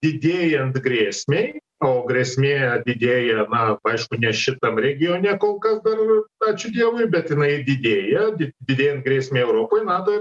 didėjant grėsmei o grėsmė didėja na aišku ne šitam regione kol kas dar ačiū dievui bet jinai didėja didėja ir grėsmė europai nato